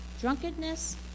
drunkenness